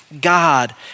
God